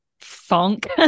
funk